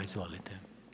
Izvolite.